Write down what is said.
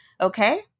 okay